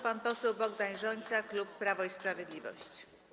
Pan poseł Bogdan Rzońca, klub Prawo i Sprawiedliwość.